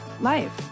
life